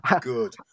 good